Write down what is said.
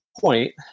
point